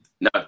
No